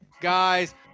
Guys